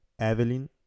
Evelyn